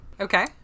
Okay